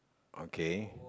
okay